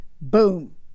boom